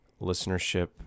listenership